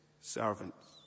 servants